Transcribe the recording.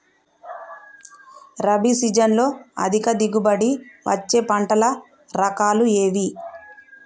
రబీ సీజన్లో అధిక దిగుబడి వచ్చే పంటల రకాలు ఏవి?